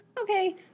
okay